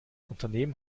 unternehmen